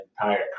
entire